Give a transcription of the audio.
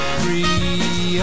free